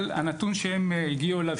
אבל הנתון שהם הגיעו אליו,